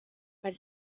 per